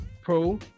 pro